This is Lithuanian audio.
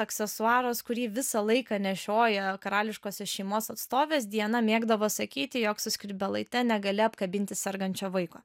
aksesuaras kurį visą laiką nešioja karališkosios šeimos atstovės diana mėgdavo sakyti jog su skrybėlaite negali apkabinti sergančio vaiko